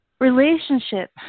relationship